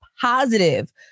positive